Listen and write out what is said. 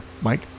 Mike